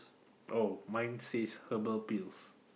oh mine says herbal pills